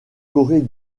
corée